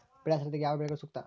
ಬೆಳೆ ಸರದಿಗೆ ಯಾವ ಬೆಳೆಗಳು ಸೂಕ್ತ?